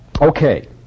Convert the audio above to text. Okay